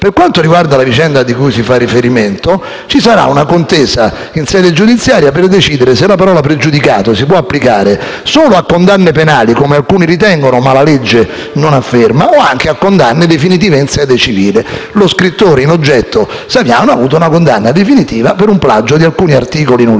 Per quanto riguarda la vicenda cui si fa riferimento, ci sarà una contesa in sede giudiziaria per decidere se la parola «pregiudicato» si può applicare solo a condanne penali - come alcuni ritengono, ma la legge non afferma - o anche a condanne definitive in sede civile. Lo scrittore in oggetto, Saviano, ha avuto una condanna definitiva per un plagio di alcuni articoli in un